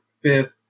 fifth